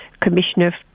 commissioner